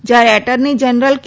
જ્યારે attorney general કે